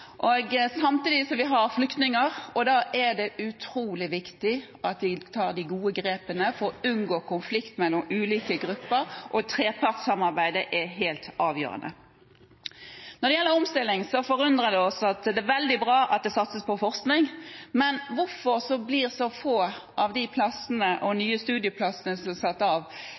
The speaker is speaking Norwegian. samtidig med at vi har flyktninger, og da er det utrolig viktig at vi tar de gode grepene for å unngå konflikt mellom ulike grupper, og trepartssamarbeidet er helt avgjørende. Når det gjelder omstilling, er det veldig bra at det satses på forskning, men hvorfor blir så få av de nye studieplassene som er satt av, gitt til Vestlandet akkurat nå, under en omstillingsperiode? Og